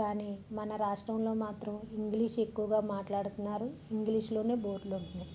కానీ మన రాష్టంలో మాత్రం ఇంగ్లీష్ ఎక్కువగా మాట్లాడుతున్నారు ఇంగ్లీష్లోనే బోర్డ్లు ఉంటున్నాయి